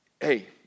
Hey